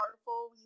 powerful